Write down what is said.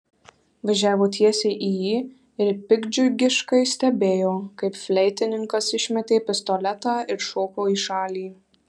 važiavo tiesiai į jį ir piktdžiugiškai stebėjo kaip fleitininkas išmetė pistoletą ir šoko į šalį